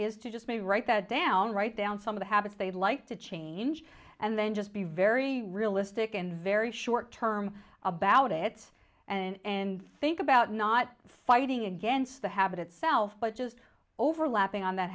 is to just maybe write that down write down some of the habits they'd like to change and then just be very realistic and very short term about it and think about not fighting against the habit itself but just overlapping on that